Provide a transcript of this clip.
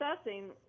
assessing